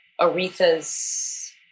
Aretha's